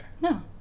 No